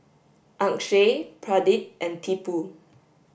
Akshay Pradip and Tipu